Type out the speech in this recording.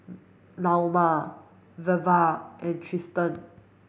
Naoma Velva and Tristen